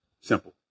simple